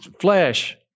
flesh